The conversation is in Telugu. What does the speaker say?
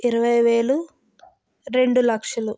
ఇరవై వేలు రెండు లక్షలు